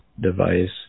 device